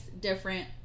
different